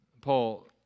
Paul